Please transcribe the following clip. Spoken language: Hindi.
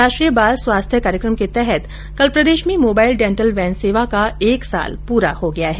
राष्ट्रीय बाल स्वास्थ्य कार्यक्रम के तहत् कल प्रदेश में मोबाइल डेंटल वैन सेवा का एक साल पूरा हो गया है